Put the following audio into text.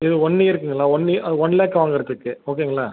இது ஒன் இயர்க்குங்களா ஒன் இ ஒன் லேக் வாங்கறத்துக்கு ஓகேங்களா